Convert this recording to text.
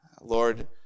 Lord